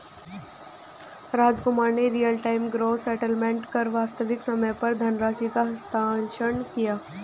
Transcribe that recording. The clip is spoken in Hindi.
रामकुमार ने रियल टाइम ग्रॉस सेटेलमेंट कर वास्तविक समय पर धनराशि का हस्तांतरण किया